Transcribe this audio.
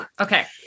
Okay